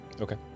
Okay